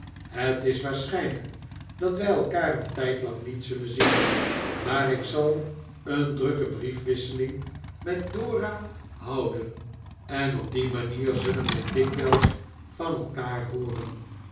het is waarschijnlijk dat wij elkaar een tijdlang niet zullen zien maar ik zal een drukke briefwisseling met dora houden en op die manier zullen wij dikwijls van elkaar hooren